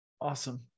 awesome